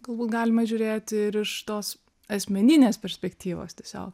galbūt galima žiūrėti iš tos asmeninės perspektyvos tiesiog